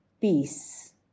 peace